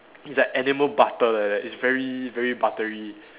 it's like animal butter like that it's very very buttery